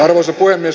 arvoisa puhemies